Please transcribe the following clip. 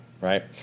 Right